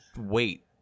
wait